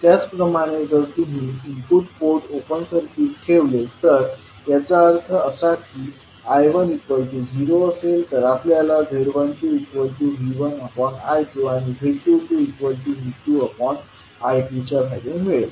त्याचप्रमाणे जर तुम्ही इनपुट पोर्ट ओपन सर्किट ठेवले तर याचा अर्थ असा की I1 0 असेल तर आपल्याला z12V1I2 आणि z22V2I2 च्या व्हॅल्यू मिळेल